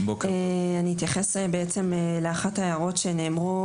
אני אתייחס לאחת ההערות שנאמרה